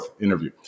interview